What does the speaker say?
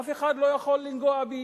אף אחד לא יכול לגעת בי.